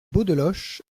beaudeloche